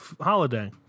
Holiday